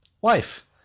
Wife